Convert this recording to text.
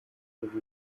kuva